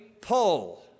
pull